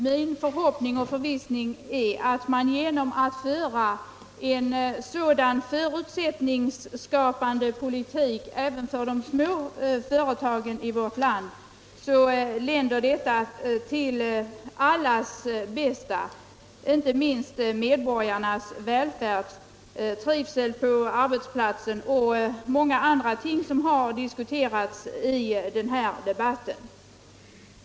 Min förhoppning och förvissning är att en förutsättningsskapande politik även för de små företagen i vårt land länder till allas bästa — medborgarnas välfärd, trivsel på arbetsplatsen och många andra ting som har diskuterats i den här debatten.